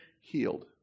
healed